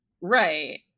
Right